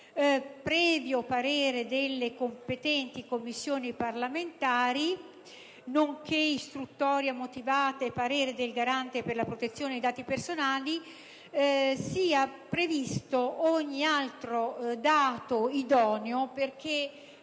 previo parere delle competenti Commissioni parlamentari nonché istruttoria motivata e parere del Garante per la protezione dei dati personali, si possa aggiungere ogni altro dato idoneo -